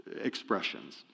expressions